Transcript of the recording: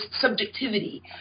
subjectivity